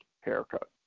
haircut